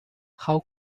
how